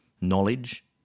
knowledge